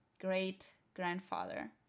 great-grandfather